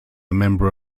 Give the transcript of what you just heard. member